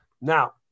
Now